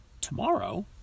tomorrow